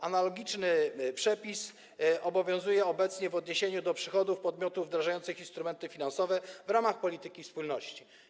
Analogiczny przepis obowiązuje obecnie w odniesieniu do przychodów podmiotów wdrażających instrumenty finansowe w ramach polityki spójności.